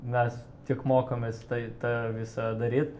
mes tik mokomės tai tą visą daryt